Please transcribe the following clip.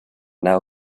now